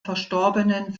verstorbenen